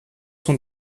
sont